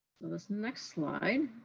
this next slide